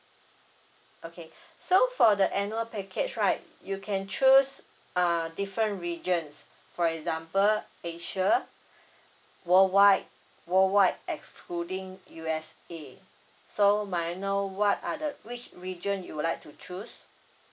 okay so for the annual package right you can choose uh different regions for example asia worldwide worldwide excluding U_S_A so may know what are the which region you would like to choose